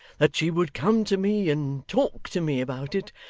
that she would come to me, and talk to me about it,